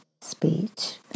speech